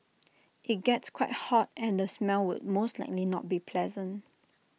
IT gets quite hot and the smell will most likely not be pleasant